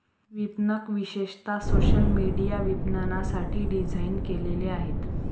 विपणक विशेषतः social media विपणनासाठी डिझाइन केलेले आहेत